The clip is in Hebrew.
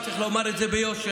וצריך לומר את זה ביושר,